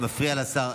זה מפריע לשר.